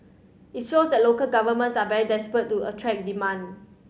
it shows that local governments are very desperate to attract demand